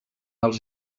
als